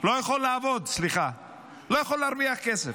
לא יכול להרוויח כסף,